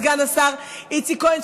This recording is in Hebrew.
סגן השר איציק כהן,